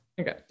okay